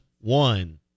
one